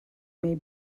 may